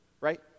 right